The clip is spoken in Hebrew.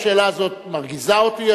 השאלה הזאת מרגיזה אותי,